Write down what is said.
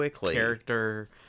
character